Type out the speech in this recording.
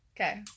Okay